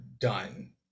done